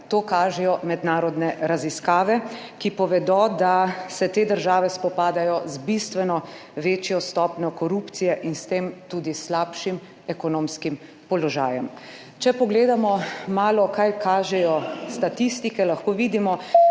To kažejo mednarodne raziskave, ki povedo, da se te države spopadajo z bistveno večjo stopnjo korupcije in s tem tudi slabšim ekonomskim položajem. Če pogledamo malo kaj kažejo statistike, lahko vidimo,